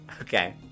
Okay